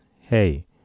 Hey